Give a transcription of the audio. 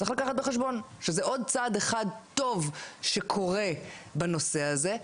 צריך לקחת בחשבון שזה עוד צעד אחד טוב שקורה בנושא הזה.